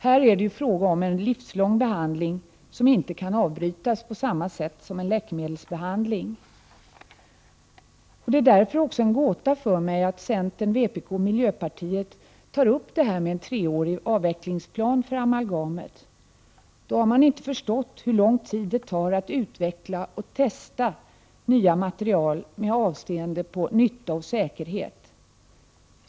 Här är det fråga om en livslång behandling, som inte kan avbrytas på samma sätt som en läkemedelsbehandling. Det är därför också en gåta för mig att centern, vpk och miljöpartiet vill ha en treårig avvecklingsplan för amalgamet. Då har man inte förstått hur lång tid det tar att utveckla och testa nya material med avseende på nytta och säkerhet.